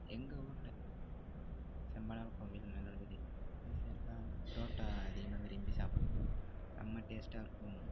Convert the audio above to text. எங்கள் ஊரில் செம்மனார் கோவில் இந்த சைடெலாம் பரோட்டா அதிகமாக விரும்பி சாப்பிடுவேன் செம்மை டேஸ்ட்டாக இருக்கும்